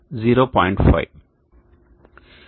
5 l 2